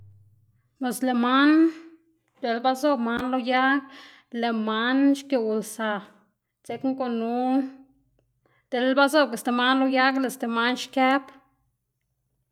Bos lëꞌ man dela ba zob man lo yag lëꞌ man xgiuꞌwlsa dzekna gunu dela ba zobga sti man lo yag lëꞌ sti man xkëb.